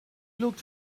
looked